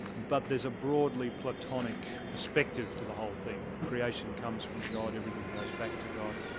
but there's a broadly platonic perspective to the whole thing creation comes from god, everything goes back to god.